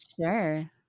Sure